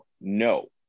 no